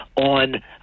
on